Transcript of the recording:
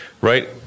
right